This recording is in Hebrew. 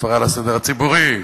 והפרעה לסדר הציבורי.